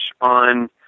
on